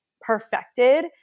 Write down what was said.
perfected